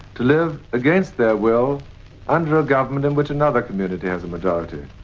to live against their will under a government in which another community has a majority,